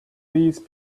these